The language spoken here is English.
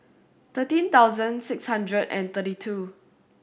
thirteen thousand six hundred and thirty two